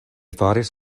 faris